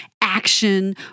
action